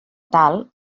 tal